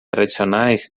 tradicionais